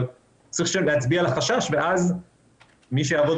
אבל צריך להצביע על החשש ואז מי שיעבוד